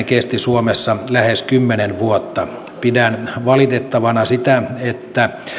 kesti suomessa lähes kymmenen vuotta pidän valitettavana sitä että